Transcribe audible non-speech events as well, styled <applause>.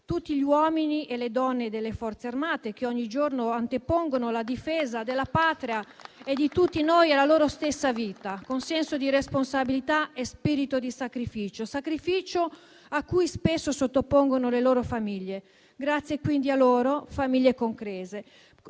tutti gli uomini e le donne delle Forze armate che ogni giorno antepongono la difesa della Patria <applause> e di tutti noi alla loro stessa vita, con senso di responsabilità e spirito di sacrificio, sacrificio a cui spesso sottopongono le loro famiglie. Grazie quindi a loro, famiglie comprese.